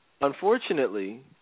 unfortunately